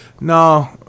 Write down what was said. no